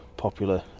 popular